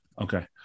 okay